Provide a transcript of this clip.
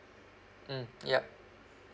mm yup